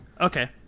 Okay